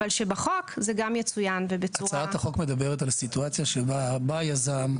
אבל שבחוק זה גם יצוין --- הצעת החוק מדברת על סיטואציה שבא יזם,